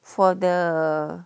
for the